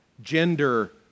gender